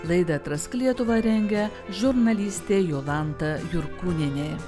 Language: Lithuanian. laidą atrask lietuvą rengia žurnalistė jolanta jurkūnienė